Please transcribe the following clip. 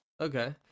Okay